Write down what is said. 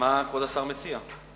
מה כבוד השר מציע?